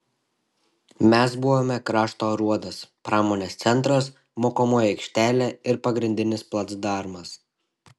mes buvome krašto aruodas pramonės centras mokomoji aikštelė ir pagrindinis placdarmas